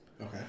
Okay